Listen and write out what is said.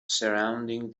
surrounding